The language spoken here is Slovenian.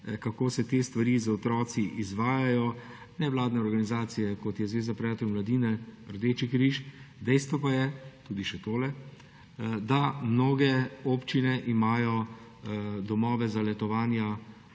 kako se te stvari z otroki izvajajo, nevladne organizacije, kot sta Zveza prijateljev mladine, Rdeči križ. Dejstvo pa je tudi še, da imajo mnoge občine domove za letovanja